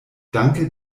danke